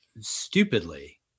stupidly